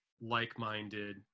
like-minded